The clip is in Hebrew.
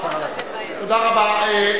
תודה רבה.